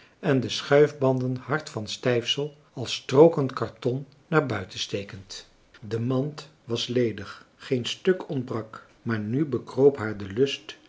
en de schuifbanden hard van stijfsel als strooken karton naar buiten stekend de mand was ledig geen stuk ontbrak maar nu bekroop haar de lust